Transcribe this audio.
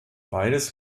beides